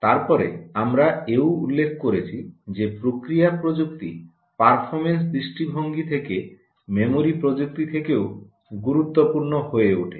তারপরে আমরা এও উল্লেখ করেছি যে প্রক্রিয়া প্রযুক্তি পারফরম্যান্স দৃষ্টিভঙ্গি থেকে মেমরি প্রযুক্তি থেকেও গুরুত্বপূর্ণ হয়ে ওঠে